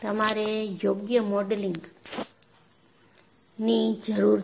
તમારે યોગ્ય મોડેલિંગની જરૂર છે